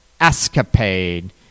escapade